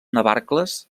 navarcles